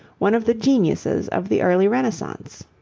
one of the geniuses of the early renaissance.